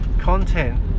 content